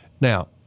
now